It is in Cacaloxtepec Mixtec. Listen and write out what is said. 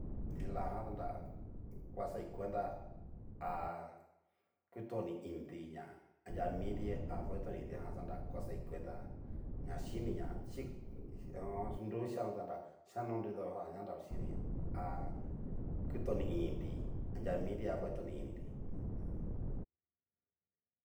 Ti'la jan xanra ngua xai cuenta ha kutoni initi, ña anria miti a ngua kutoni initi, kitijan xanra va xai cuenta, ña xhini na nru xhianoti xará, xiano nri tu jan xanra ochini ha kutoni initi anria miti a ngua kutoni initi aja.